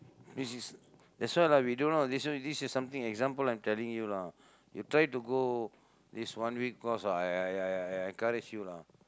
means is that's why lah we don't know this this is something example I'm telling you lah you try to go this one week course I I I I I I encourage you lah